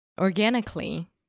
organically